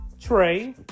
Trey